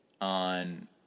on